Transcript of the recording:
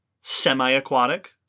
semi-aquatic